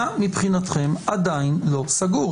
מה מבחינתכם עדיין לא סגור?